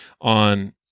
on